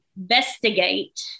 investigate